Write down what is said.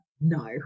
no